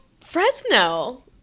Fresno